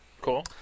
Cool